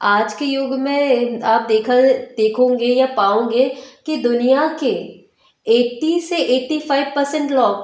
आज के युग में आप देख देखोगे या पाओगे कि दुनिया के एट्टी से एट्टी फाइव परसेंट लोग